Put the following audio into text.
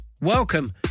Welcome